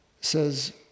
says